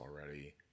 already